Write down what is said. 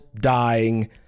dying